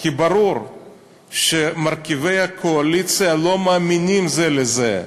כי ברור שמרכיבי הקואליציה לא מאמינים זה לזה,